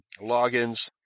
logins